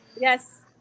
Yes